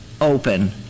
open